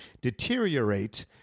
deteriorate